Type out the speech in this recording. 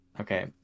okay